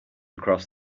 across